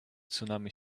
tsunami